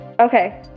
Okay